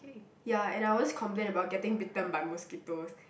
ya and I always complain about getting bitten by mosquitos